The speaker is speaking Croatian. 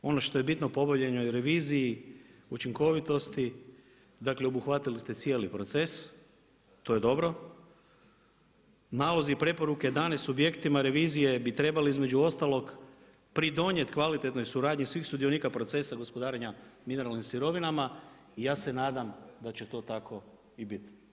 I ono što je bitno po obavljanoj reviziji, učinkovitosti, dakle obuhvatili ste cijeli proces, to je dobro, nalozi i preporuke dane subjektima revizije bi trebali između ostalog pridonijeti kvalitetnoj suradnji svih sudionika procesa gospodarenja mineralnim sirovinama i ja se nadam da će to tako i biti.